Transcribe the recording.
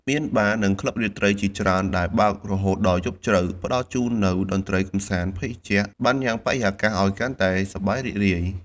មាន បារ៍ និងក្លឹបរាត្រី ជាច្រើនដែលបើករហូតដល់យប់ជ្រៅ ផ្តល់ជូននូវតន្ត្រីកម្សាន្ត ភេសជ្ជៈ បានញ៉ាំងបរិយាកាសឲ្យកាន់តែសប្បាយរីករាយ។